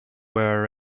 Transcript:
were